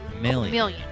million